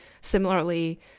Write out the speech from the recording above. similarly